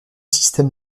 système